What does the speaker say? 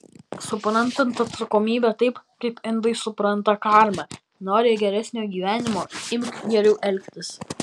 suprantant atsakomybę taip kaip indai supranta karmą nori geresnio gyvenimo imk geriau elgtis